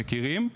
מכירים,